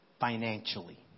financially